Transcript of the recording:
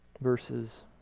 verses